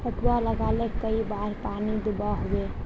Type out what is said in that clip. पटवा लगाले कई बार पानी दुबा होबे?